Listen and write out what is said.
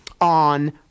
on